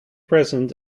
president